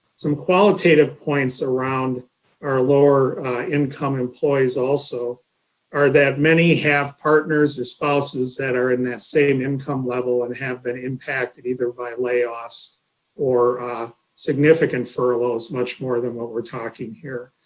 some qualitative points around our lower income employees also are that many have partners or spouses that are in that same income level and have been impacted either by layoffs or significant furloughs much more than what we're talking here.